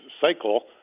cycle